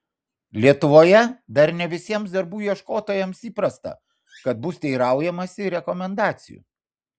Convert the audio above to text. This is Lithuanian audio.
lietuvoje dar ne visiems darbų ieškotojams įprasta kad bus teiraujamasi rekomendacijų